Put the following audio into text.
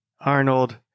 Arnold